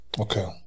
Okay